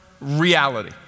reality